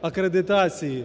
акредитації